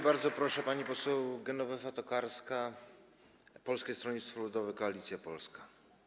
Bardzo proszę, pani poseł Genowefa Tokarska, Polskie Stronnictwo Ludowe - Koalicja Polska.